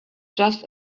just